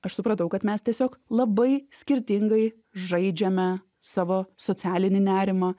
aš supratau kad mes tiesiog labai skirtingai žaidžiame savo socialinį nerimą